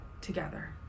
together